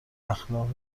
اخلاقی